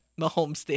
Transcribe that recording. Mahomes